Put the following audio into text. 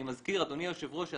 אני מזכיר אדוני היושב-ראש,